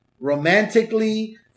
romantically